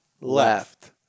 left